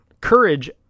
courage